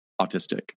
autistic